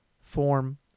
form